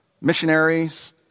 missionaries